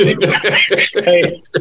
Hey